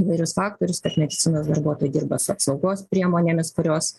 įvairius faktorius kad medicinos darbuotojai dirba su apsaugos priemonėmis kurios